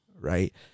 right